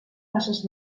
faces